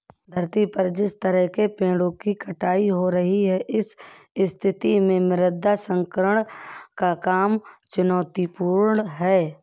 धरती पर जिस तरह से पेड़ों की कटाई हो रही है इस स्थिति में मृदा संरक्षण का काम चुनौतीपूर्ण है